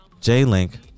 J-Link